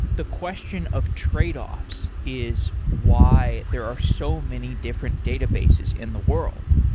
the question of tradeoffs is why there are so many different databases in the world.